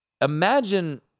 Imagine